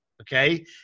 okay